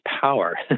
power